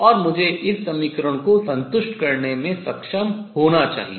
और मुझे इस समीकरण को संतुष्ट करने में सक्षम होना चाहिए